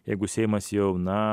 jeigu seimas jau na